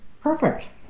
Perfect